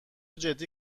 جدی